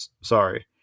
Sorry